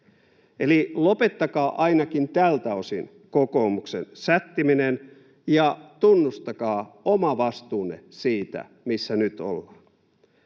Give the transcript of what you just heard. Eli lopettakaa ainakin tältä osin kokoomuksen sättiminen ja tunnustakaa oma vastuunne siitä, missä nyt ollaan.